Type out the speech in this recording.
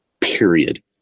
period